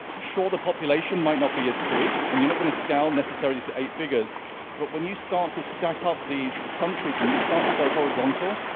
sure, the population might not be as big and you're not going to scale necessarily to eight figures but when you start to stack up these countries and you start to go horizontal,